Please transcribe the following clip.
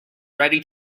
ready